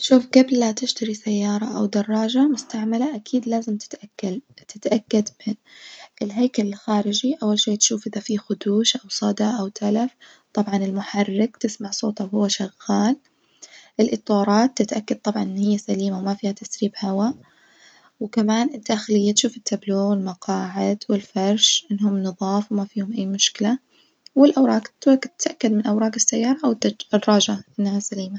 شوف جبل لا تشتري سيارة أو دراجة مستعملة أكيد لازم تتأكل تتأكد من الهيكل الخارجي أول شي تشوف إذا في خدوش أو صدأ أو تلف، طبعًا المحرك تسمع صوته وهو شغال الإطارات تتاكد إن هي سليمة وما فيها تسريب هوا وكمان الداخلية تشوف التابلوه والمقاعد والفرش إنهم نظاف وما فيهم اي مشكلة، والأوراق تتوك تتأكد من أوراق السيارة والدج الدراجة إنها سليمة.